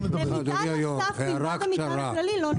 מטען נוסף למטען הכללי לא --- אדוני היושב-ראש,